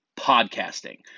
podcasting